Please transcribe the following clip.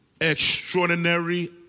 extraordinary